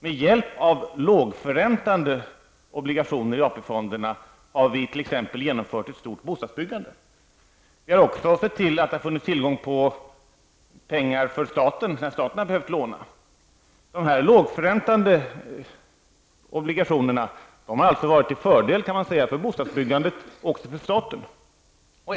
Med hjälp av lågförräntande obligationer i AP-fonderna har vi t.ex. genomfört ett stort bostadsbyggande. Vi har också sett till att det funnits tillgång på pengar för staten, när staten har behövt låna. Man kan säga att dessa lågförräntande obligationer alltid har varit till fördel för bostadsbyggandet och också för staten.